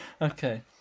Okay